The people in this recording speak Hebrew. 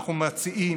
אנחנו מציעים,